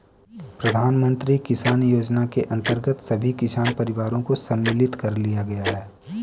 प्रधानमंत्री किसान योजना के अंतर्गत सभी किसान परिवारों को सम्मिलित कर लिया गया है